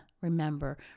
remember